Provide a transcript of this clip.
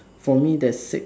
for me there's six